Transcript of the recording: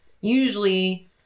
usually